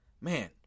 man